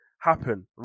happen